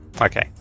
Okay